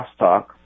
crosstalk